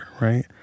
right